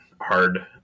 hard